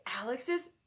Alex's